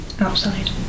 Outside